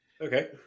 Okay